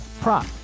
prop